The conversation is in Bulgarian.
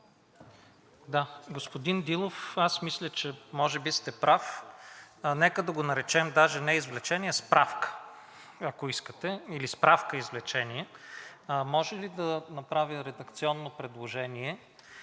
Господин Дилов, аз мисля, че може би сте прав. Нека да го наречем даже не извлечение, а справка, ако искате, или справка-извлечение. Може ли да направя редакционно предложение?